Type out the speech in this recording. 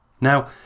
Now